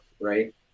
right